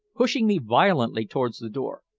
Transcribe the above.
pushing me violently towards the door.